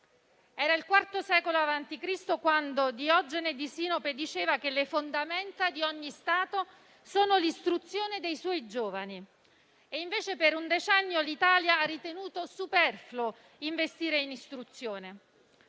Era il quarto secolo avanti Cristo quando Diogene di Sinope diceva che le fondamenta di ogni Stato sono l'istruzione dei suoi giovani e, invece, per un decennio l'Italia ha ritenuto superfluo investire in istruzione.